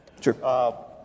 Sure